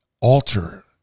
alter